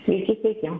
sveiki sveiki